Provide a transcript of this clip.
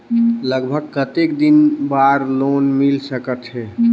लगभग कतेक दिन बार लोन मिल सकत हे?